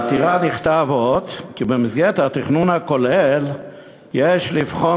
בעתירה נכתב עוד: במסגרת התכנון הכולל יש לבחון